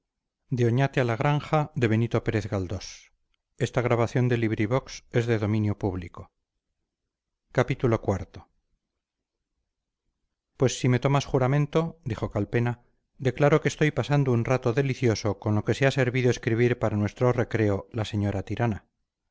pues si me tomas juramento dijo calpena declaro que estoy pasando un rato delicioso con lo que se ha servido escribir para nuestro recreo la señora tirana